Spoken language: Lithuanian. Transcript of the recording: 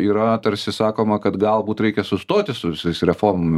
yra tarsi sakoma kad galbūt reikia sustoti su visais reformom